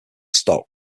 stock